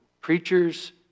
preachers